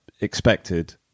expected